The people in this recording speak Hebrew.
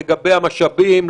לגבי המשאבים,